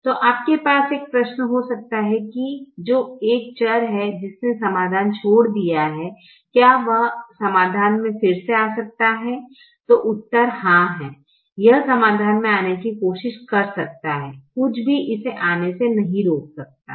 तो आपके पास एक प्रश्न हो सकता है जो एक चर है जिसने समाधान छोड़ दिया है क्या यह x समाधान मे फिर से आ सकता है तो उत्तर हाँ है यह समाधान में आने की कोशिश कर सकता है कुछ भी इसे आने से नहीं रोकता है